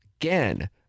again